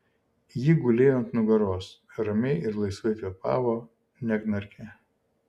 ji gulėjo ant nugaros ramiai ir laisvai kvėpavo neknarkė